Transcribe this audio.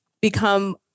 become